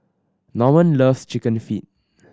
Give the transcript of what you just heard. Normand loves Chicken Feet